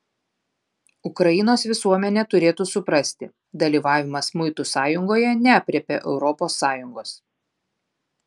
ukrainos visuomenė turėtų suprasti dalyvavimas muitų sąjungoje neaprėpia europos sąjungos